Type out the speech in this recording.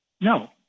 No